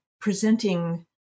presenting